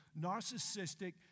narcissistic